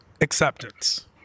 acceptance